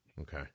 Okay